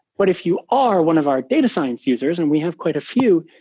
but if you are one of our data science users, and we have quite a few,